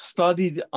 Studied